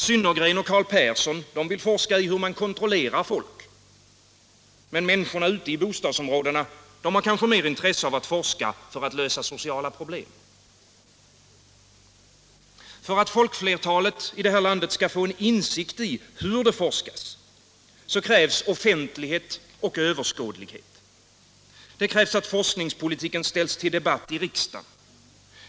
Synnergren och Carl Persson vill forska i hur man kon = nämnden, m.m. trollerar folk, men människor ute i bostadsområdena har kanske mer intresse av forskning för att söka lösa sociala problem. För att folkflertalet i det här landet skall få insikt i hur det forskas krävs offentlighet och överskådlighet. Det krävs att forskningspolitiken ställs under debatt i riksdagen.